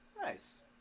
Nice